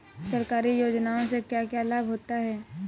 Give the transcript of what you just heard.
सरकारी योजनाओं से क्या क्या लाभ होता है?